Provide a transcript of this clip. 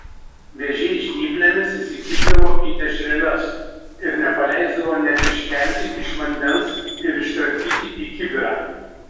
vėžiai žnyplėmis įsikibdavo į dešreles ir nepaleisdavo net iškelti iš vandens ir iškratyti į kibirą